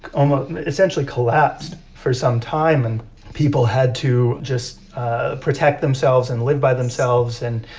um ah essentially collapsed for some time, and people had to just ah protect themselves and live by themselves and,